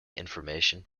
information